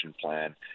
plan